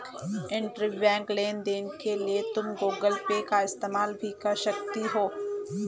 intrabank लेन देन के लिए तुम गूगल पे का इस्तेमाल भी कर सकती हो